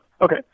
okay